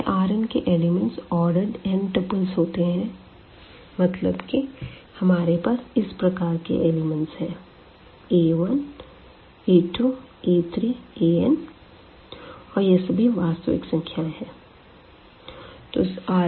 तो यह R n के एलिमेंट्स आर्डरड n टुप्ल्स होते है मतलब कि हमारे पास इस प्रकार के एलिमेंट्स है a 1 a 2 a 3 a n और यह सभी वास्तविक संख्या है